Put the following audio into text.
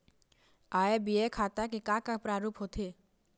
आय व्यय खाता के का का प्रारूप होथे?